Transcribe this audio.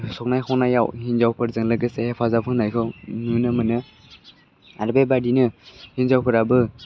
संनाय खावनायाव हिन्जावफोरजों लोगोसे हेफाजाब होनायखौ नुनो मोनो आरो बेबायदिनो हिन्जावफोराबो